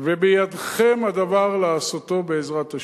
ובידיכם הדבר לעשותו בעזרת השם.